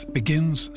begins